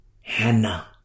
Hannah